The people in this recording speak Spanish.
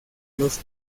los